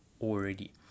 already